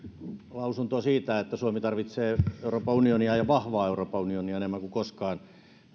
lausuntoon siitä että suomi tarvitsee euroopan unionia ja vahvaa euroopan unionia enemmän kuin koskaan